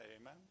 amen